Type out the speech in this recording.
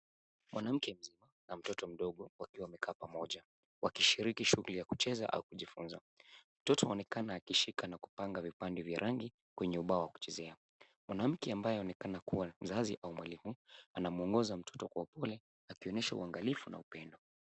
Mwanamke na mtoto mdogo wakiwa wamekaa pamoja wakishiriki shughuli ya kucheza au kujifunza. Mtoto aonekana akishika na kupanga vipande vya rangi kwenye ubao wa kuchezea. Mwanamke ambaye aonekana kuwa mzazi au mwalimu anamuongoza mtoto kwa upole akionyesha uangalifu na upendo.